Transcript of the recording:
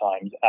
times